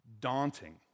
daunting